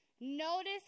notice